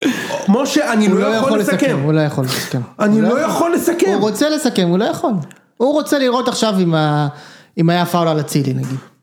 כמו שאני לא יכול לסכם, הוא לא יכול לסכם, הוא רוצה לסכם, הוא לא יכול, הוא רוצה לראות עכשיו אם היה פאול על אצילי נגיד.